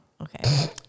Okay